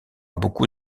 beaucoup